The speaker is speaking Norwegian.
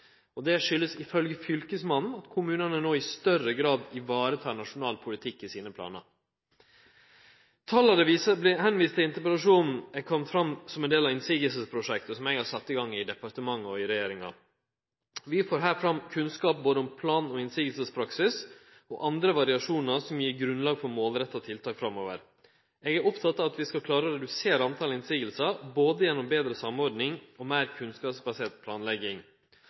Det skuldast ifølgje Fylkesmannen at kommunane no i større grad tar vare på nasjonal politikk i sine planar. Tala ein viser til i interpellasjonen, har kome fram som ein del av motsegnsprosjektet, som eg har sett i gang i departementet og i regjeringa. Her får vi fram kunnskap om både plan- og motsegnspraksis og andre variasjonar som gjev grunnlag for målretta tiltak framover. Eg er opptatt av at vi skal klare å redusere talet på motsegner, gjennom både betre samordning og meir kunnskapsbasert planlegging.